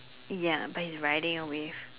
ya but he's riding a wave